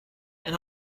and